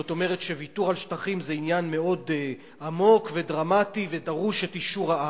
זאת אומרת שוויתור על שטחים זה עניין מאוד עמוק ודרמטי ודרוש אישור העם,